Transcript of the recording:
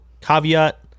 caveat